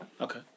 Okay